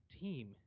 team